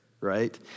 right